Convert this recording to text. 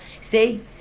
see